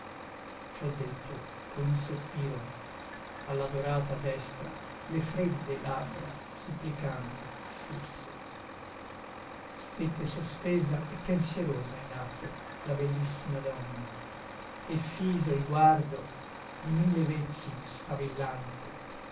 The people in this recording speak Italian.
chiuderà ciò detto con un sospiro all'adorata destra le fredde labbra supplicando affisse stette sospesa e pensierosa in atto la bellissima donna e fiso il guardo di mille vezzi sfavillante